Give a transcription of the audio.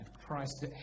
christ